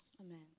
amen